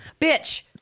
Bitch